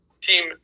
team